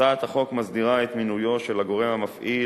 הצעת החוק מסדירה את מינויו של הגורם המפעיל,